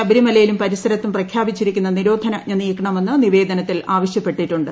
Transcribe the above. ശബരിമലയിലും പരിസരത്തും പ്രഖ്യാപിച്ചിരിക്കുന്ന നിരോധനാജ്ഞ നീക്കണമെന്ന് നിവേദനത്തിൽ ആവശ്യപ്പെട്ടിട്ടുണ്ട്